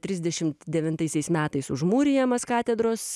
trisdešimt devintaisiais metais užmūrijamas katedros